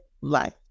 life